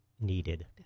needed